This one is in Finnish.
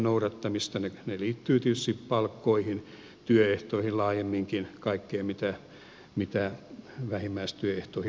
ne liittyvät tietysti palkkoihin työehtoihin laajemminkin kaikkeen mitä vähimmäistyöehtoihin liit tyy